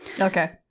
Okay